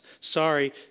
Sorry